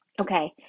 Okay